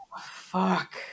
fuck